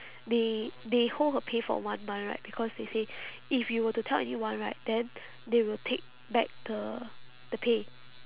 they they hold her pay for one month right because they say if you were to tell anyone right then they will take back the the pay